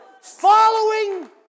following